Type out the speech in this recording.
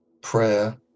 prayer